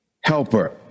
helper